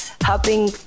helping